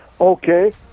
Okay